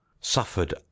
suffered